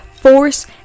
force